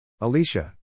Alicia